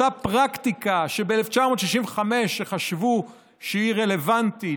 אותה פרקטיקה שב-1965 חשבו שהיא רלוונטית,